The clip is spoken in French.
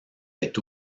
est